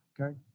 okay